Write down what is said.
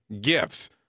gifts